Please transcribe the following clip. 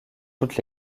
toutes